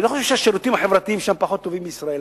ואני לא חושב שהשירותים החברתיים שם פחות טובים מאלה בישראל,